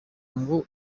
ngo